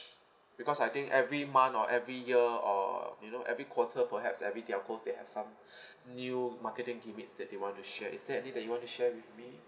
because I think every month or every year or you know every quarter perhaps every telco they have some new marketing gimmicks that they want to sure is there any that you want to share with me